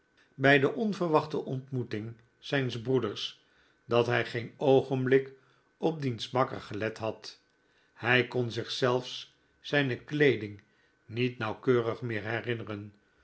bij de onverwachte ontmoeting zijns broeders dat hij geen oogenblik op diens makker gelet had hij kon zich zelfs zone kleeding niet nauwkeurig meer herinneren